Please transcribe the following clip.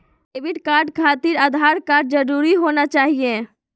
Debit card खातिर Aadhaar card जरूरी होना चाहिए?